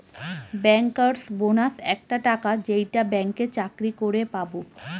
bankers bonus একটা টাকা যেইটা ব্যাঙ্কে চাকরি করে পাবো